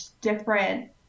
different